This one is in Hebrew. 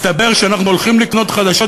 מסתבר שאנחנו הולכים לקנות חדשות,